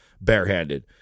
barehanded